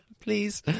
Please